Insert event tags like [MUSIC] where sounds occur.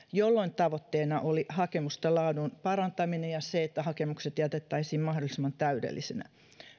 [UNINTELLIGIBLE] jolloin tavoitteena oli hakemusten laadun parantaminen ja se että hakemukset jätettäisiin mahdollisimman täydellisinä